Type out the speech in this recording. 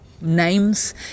names